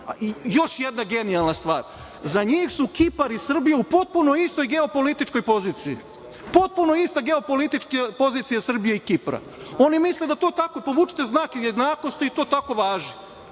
još jedna genijalna stvar, za njih su Kipar i Srbija u potpuno istoj geopolitičkoj poziciji, potpuno ista geopolitička pozicija Kipra i Srbije, oni misle to tako, povučete znak jednakosti i to tako važi,